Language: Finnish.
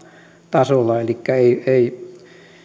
tasolla elikkä